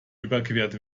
überquert